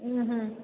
ಹ್ಞೂ ಹ್ಞೂ